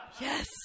Yes